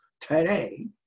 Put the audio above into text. today